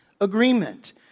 agreement